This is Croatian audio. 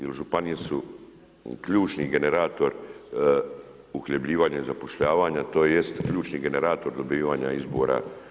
Jer županije su ključni generator uhljebljivanja i zapošljavanja tj. ključni generator dobivanja izbora.